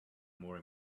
more